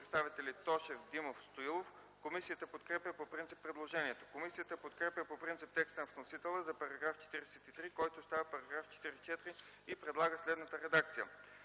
представители Тошев, Димов и Стоилов. Комисията подкрепя по принцип предложението. Комисията подкрепя по принцип текста на вносителя за § 43, който става § 44 и предлага следната редакция: